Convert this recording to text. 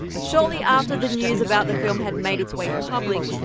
shortly after the news about the film had made its way public,